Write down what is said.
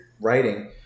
writing